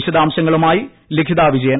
വിശദാംശങ്ങളുമായി ലിഖിത വിജയൻ